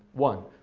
one,